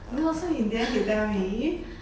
no so in the end he tell me